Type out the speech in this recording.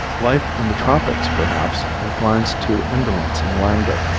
life in the tropics, perhaps, inclines to indolence and languor,